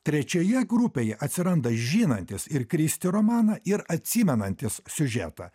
trečioje grupėje atsiranda žinantys ir kristi romaną ir atsimenantys siužetą